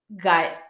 gut